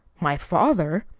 my father!